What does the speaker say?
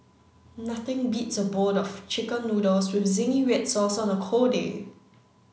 nothing beats a bowl of chicken noodles with zingy red sauce on a cold day